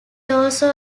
also